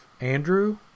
Andrew